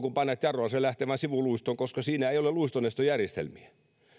kun painat jarrua se lähtee vain sivuluistoon koska siinä ei ole luistonestojärjestelmiä